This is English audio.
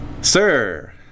Sir